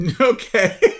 Okay